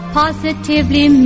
positively